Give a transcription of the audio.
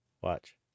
Watch